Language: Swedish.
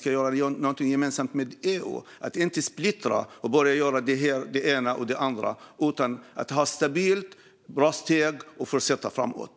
Låt oss inte splittra upp det hela och börja göra det ena eller det andra. Låt oss agera stabilt och fortsätta framåt.